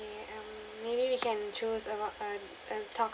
um maybe we can choose about uh uh talk